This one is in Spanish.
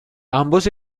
ambos